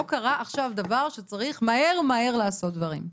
לא קרה עכשיו משהו שצריך מהר מהר לעשות דברים.